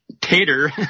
Tater